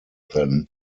than